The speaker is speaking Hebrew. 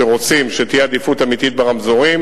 שרוצים שתהיה עדיפות אמיתית ברמזורים,